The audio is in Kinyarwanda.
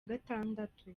gatandatu